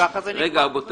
ככה זה נשאר.